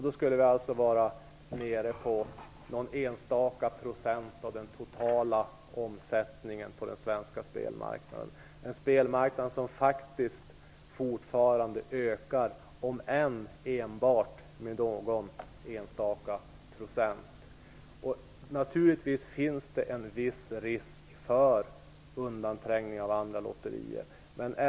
Det motsvarar någon enstaka procent av den totala omsättningen på den svenska spelmarknaden. Det är en spelmarknad som faktiskt fortfarande ökar, om än enbart med någon enstaka procent. Naturligtvis finns det en viss risk för undanträngning av andra lotterier.